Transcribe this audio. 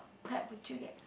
pet would you get